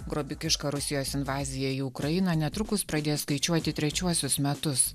grobikiška rusijos invazija į ukrainą netrukus pradės skaičiuoti trečiuosius metus